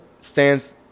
stands